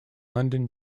london